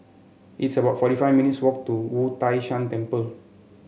it's about forty five minutes' walk to Wu Tai Shan Temple